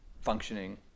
functioning